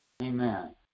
Amen